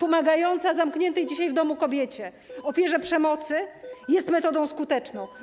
pomagająca zamkniętej dzisiaj w domu kobiecie ofierze przemocy jest metodą skuteczną.